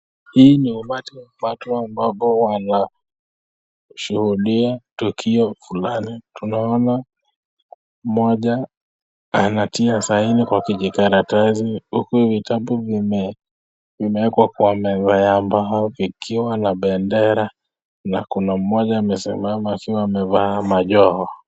Hii ni umati ya watu ambapo wanashudhia tukio fulani, tunaona moja anatia saini kwenye karatasi, huku vitabu zimewekwa kwenye meza ya mbao ikiwa na bendera na kuna moja amesimama akiwa amevaa majoho.